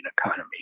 economy